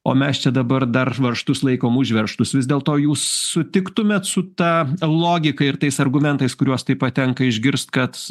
o mes čia dabar dar varžtus laikom užveržtus vis dėlto jūs sutiktumėt su ta logika ir tais argumentais kuriuos taip pat tenka išgirst kad